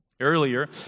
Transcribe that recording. Earlier